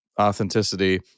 authenticity